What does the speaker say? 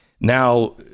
Now